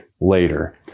later